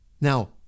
now